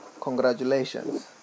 congratulations